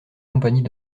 compagnies